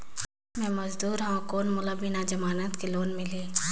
मे मजदूर हवं कौन मोला बिना जमानत के लोन मिलही?